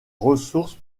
ressources